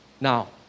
Now